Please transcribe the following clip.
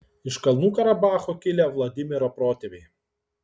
iš kalnų karabacho kilę vladimiro protėviai